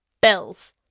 bells